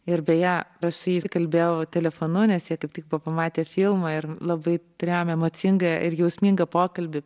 ir beje va su jais kalbėjau telefonu nes jie kaip tik pamatė filmą ir labai turėjom emocingą ir jausmingą pokalbį